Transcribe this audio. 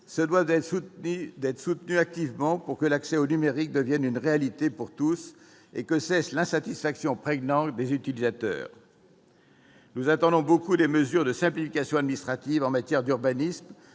se doivent d'être soutenues activement pour que l'accès au numérique devienne une réalité pour tous et que cesse l'insatisfaction prégnante des utilisateurs. Nous attendons beaucoup des mesures de simplification administratives en matière d'urbanisme